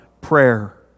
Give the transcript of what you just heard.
prayer